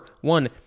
One